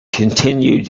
continued